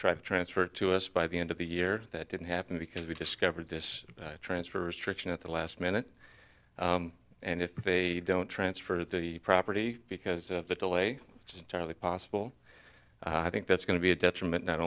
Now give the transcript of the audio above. try to transfer to us by the end of the year that didn't happen because we discovered this transfer restriction at the last minute and if they don't transfer the property because of the delay it's just barely possible i think that's going to be a detriment not